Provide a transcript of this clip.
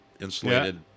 insulated